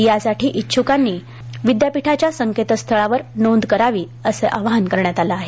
त्यासाठी इच्छकांनीविद्यापीठाच्या संकेतस्थळावर नोंद करावी असे आवाहन करण्यात आले आहे